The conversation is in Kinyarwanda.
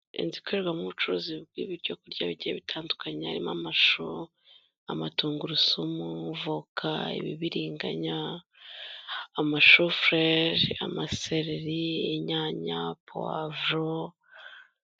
Inzu ikorerwamo ubucuruzi bw'ibyo kurya bigiye bitandukanye, harimo amashu, amatungurusumu, voka, ibibiriganya, amashufurere, amasereri, inyanya, puwavuro.